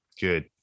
Good